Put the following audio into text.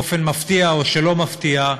באופן מפתיע או שלא מפתיע,